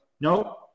no